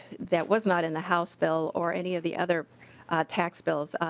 that was not in the house bill or any of the other tax bills.